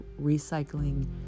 recycling